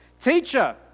teacher